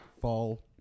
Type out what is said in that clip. fall